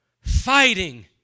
fighting